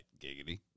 Giggity